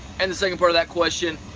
and the second part of that question,